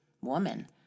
woman